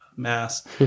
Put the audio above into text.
Mass